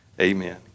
Amen